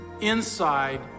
inside